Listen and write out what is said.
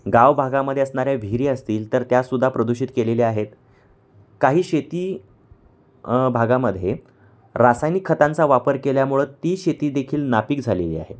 गाव भागामध्ये असणाऱ्या विहिरी असतील तर त्यासुद्धा प्रदूषित केलेल्या आहेत काही शेती भागामध्ये रासायनिक खतांचा वापर केल्यामुळं ती शेतीदेखील नापिक झालेली आहे